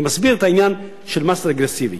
אני מסביר את העניין של מס רגרסיבי.